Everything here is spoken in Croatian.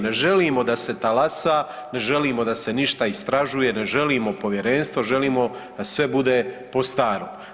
Ne želimo da se talasa, ne želimo da se ništa istražuje, ne želimo povjerenstvo, želimo da sve bude po starom.